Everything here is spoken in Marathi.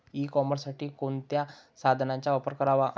ई कॉमर्ससाठी कोणत्या साधनांचा वापर करावा?